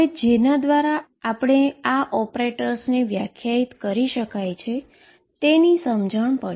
જેના દ્વારા આપણને આ ઓપરેટર્સને આ રીતે વ્યાખ્યાયિત કરી શકાય તેની સમજણ પડી